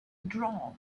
drawn